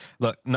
Look